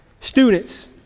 students